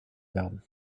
werden